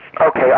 Okay